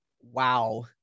Wow